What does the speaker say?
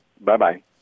Bye-bye